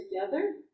together